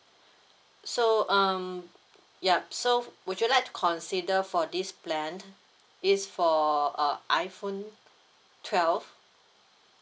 so um yup so would you like consider for this plan is for uh iphone twelve